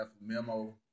Memo